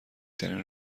ترین